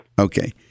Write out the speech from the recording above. Okay